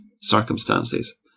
circumstances